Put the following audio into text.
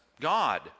God